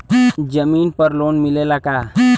जमीन पर लोन मिलेला का?